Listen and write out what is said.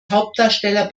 hauptdarsteller